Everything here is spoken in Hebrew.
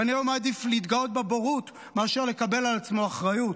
כנראה שהוא מעדיף להתגאות בבורות מאשר לקבל על עצמו אחריות.